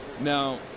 Now